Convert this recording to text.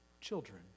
children